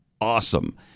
awesome